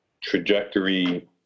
trajectory